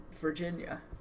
Virginia